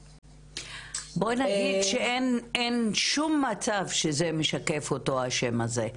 בואי נגיד שאין שום מצב שזה משקף אותו השם הזה.